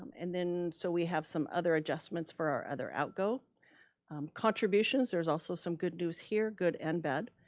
and then so we have some other adjustments for our other outgo contributions. there's also some good news here, good and bad,